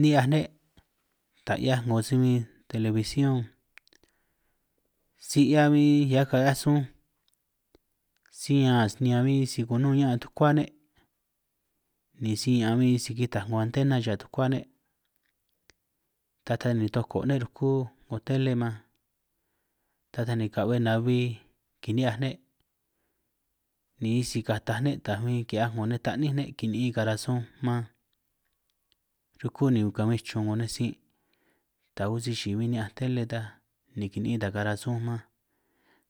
Ni'hiaj ne' taj 'hiaj si bin 'ngo telebision, si 'hia bin hiaj ki'hiaj sunj si ña'an asniñan bi si kunun ña'an tukua ne', ni si ña'an bin si kitaj 'ngo antena cha tukua ne', ta taj ni toko ne' ruku 'ngo tele man ta taj ni ka'be na'bbi kini'hiaj ne', ni isi kataj ne' taj bin ki'hiaj 'ngo taní ne' kini'in karanj sunj man, ruku ni kabin chun 'ngo nej sin' ta aun si chi'i ni'ñanj tele tan, ni kini'in taj karan sunj man